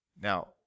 Now